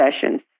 sessions